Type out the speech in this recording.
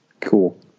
cool